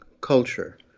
culture